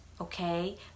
okay